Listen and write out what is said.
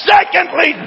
Secondly